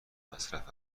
مصرف